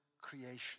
creation